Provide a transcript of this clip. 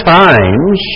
times